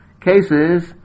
cases